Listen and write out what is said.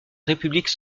république